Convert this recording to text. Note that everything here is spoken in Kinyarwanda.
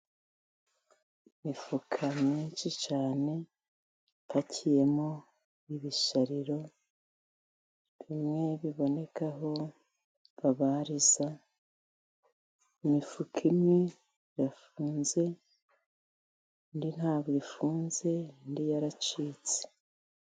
Imifuka myinshi cyane ipakiyemo ibishariro bimwe biboneka aho babariza, imifuka imwe irafunze indi ntabwo ifunze indi yaracitse.